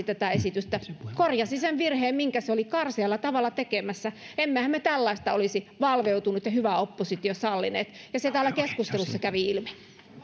tätä esitystä korjasi sen virheen minkä se oli karsealla tavalla tekemässä emmehän me valveutunut ja hyvä oppositio sallineet ja se täällä keskustelussa kävi ilmi